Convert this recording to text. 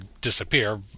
disappear